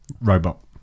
Robot